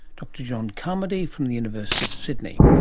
dr john carmody from the university of sydney.